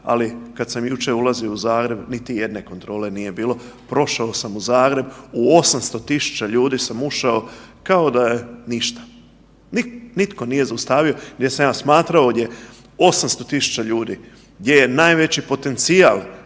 ali kad sam jučer ulazio u Zagreb niti jedne kontrole nije bilo, prošao sam u Zagreb u 800 000 ljudi sam ušao kao da je ništa, nitko nije zaustavio gdje sam ja smatrao ovdje 800 000 ljudi, gdje je najveći potencijal